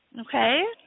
okay